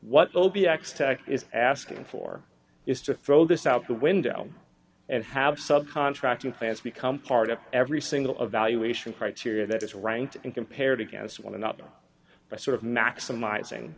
is asking for is to throw this out the window and have sub contracting fans become part of every single of valuation criteria that is ranked and compared against one another by sort of maximizing